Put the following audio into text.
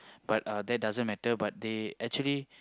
but uh they doesn't matter but they actually